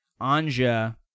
Anja